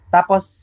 Tapos